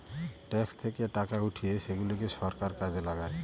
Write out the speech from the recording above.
tax থেকে টাকা উঠিয়ে সেগুলাকে সরকার কাজে লাগায়